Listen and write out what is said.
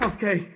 Okay